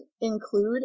include